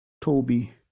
Toby